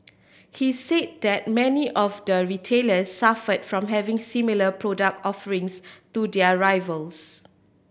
he said that many of the retailers suffered from having similar product offerings to their rivals